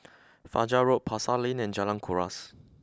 Fajar Road Pasar Lane and Jalan Kuras